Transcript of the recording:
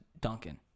Duncan